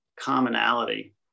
commonality